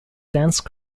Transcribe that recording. dense